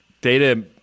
Data